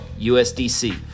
USDC